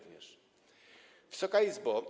Wysoka Izbo!